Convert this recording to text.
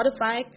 Spotify